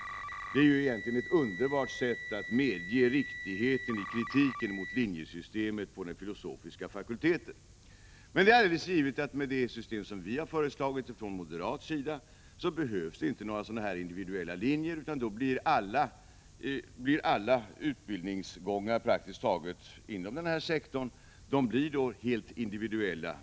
Det är egentligen ett underbart sätt att medge riktigheten av kritiken mot linjesystemet på den filosofiska fakulteten. Det är alldeles givet att det med det system som vi har föreslagit från moderat sida inte behövs några individuella linjer, utan då blir praktiskt taget alla utbildningsgångar inom denna sektor helt individuella.